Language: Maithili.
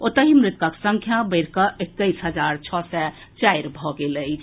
ओतहि मृतकक संख्या बढ़ि कऽ एक्कैस हजार छओ सय चारि भऽ गेल अछि